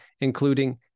including